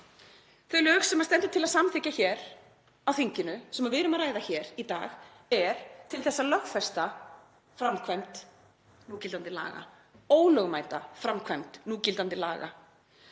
frumvarp sem stendur til að samþykkja á þinginu sem við erum að ræða í dag er til að lögfesta framkvæmd núgildandi laga, ólögmæta framkvæmd núgildandi laga.